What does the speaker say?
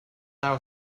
our